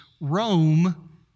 Rome